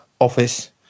office